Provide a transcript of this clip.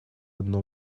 одно